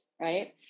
right